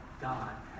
God